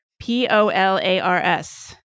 P-O-L-A-R-S